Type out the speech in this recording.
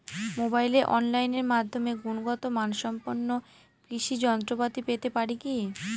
মোবাইলে অনলাইনের মাধ্যমে গুণগত মানসম্পন্ন কৃষি যন্ত্রপাতি পেতে পারি কি?